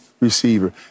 Receiver